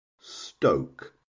stoke